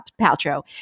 Paltrow